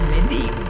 mindy,